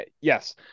yes